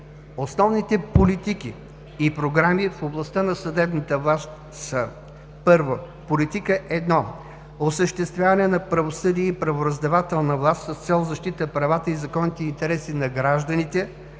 Основните политики и програми в областта на съдебната власт са: Политика 1: осъществяване на правосъдие и правораздавателна власт с цел защита правата и законните интереси на гражданите,